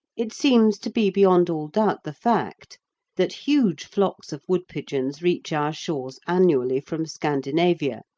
it seems to be beyond all doubt the fact that huge flocks of woodpigeons reach our shores annually from scandinavia,